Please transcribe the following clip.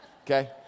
Okay